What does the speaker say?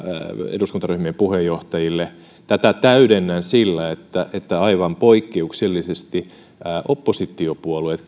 eduskuntaryhmien puheenjohtajille tätä täydennän sillä että että aivan poikkeuksellisesti oppositiopuolueet